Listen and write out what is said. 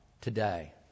today